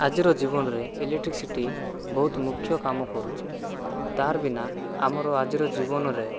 ଆଜିର ଜୀବନରେ ଇଲେକ୍ଟ୍ରିସିଟି ବହୁତ ମୁଖ୍ୟ କାମ କରୁଛି ତା' ବିନା ଆମର ଆଜିର ଜୀବନରେ